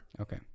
Okay